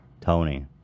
Tony